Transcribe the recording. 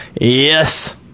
yes